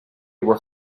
were